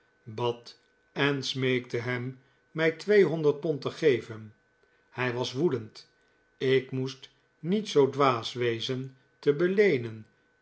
bad en smeekte hem mij tweehonderd pond te geven hij was woedend ik moest niet zoo dwaas wezen te beleenen